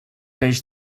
peix